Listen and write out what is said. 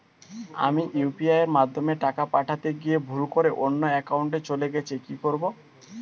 আমি ইউ.পি.আই মাধ্যমে টাকা পাঠাতে গিয়ে ভুল করে অন্য একাউন্টে চলে গেছে কি করব?